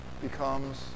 becomes